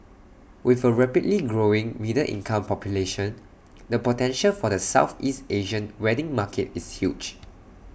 with A rapidly growing middle income population the potential for the Southeast Asian wedding market is huge